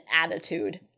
attitude